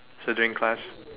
so during class